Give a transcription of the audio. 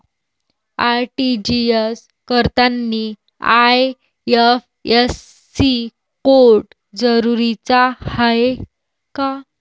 RTGS करतांनी IFSC code जरुरीचा हाय का?